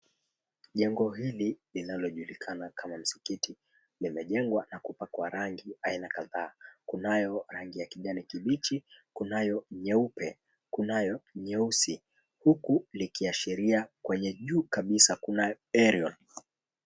Jengo hili linalojulikana kama msikiti limejengwa na kupakwa rangi aina kadhaa. Kunayo rangi ya kijani kibichi, kunayo nyeupe, kunayo nyeusi huku likiashiria kwenye juu kabisa kuna aerial .